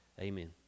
Amen